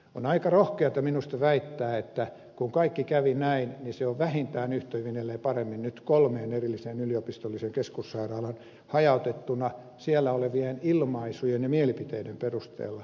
on aika rohkeata minusta väittää että kun kaikki kävi näin niin se on vähintään yhtä hyvin ellei paremmin nyt kolmeen erilliseen yliopistolliseen keskussairaalaan hajautettuna siellä olevien ilmaisujen ja mielipiteiden perusteella